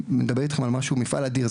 אני מדבר אתכם על משהו שהוא מפעל אדיר,